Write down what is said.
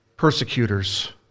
persecutors